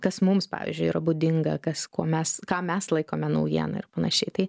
kas mums pavyzdžiui yra būdinga kas kuo mes ką mes laikome naujiena ir panašiai tai